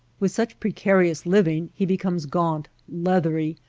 with such precarious living he be comes gaunt, leathery,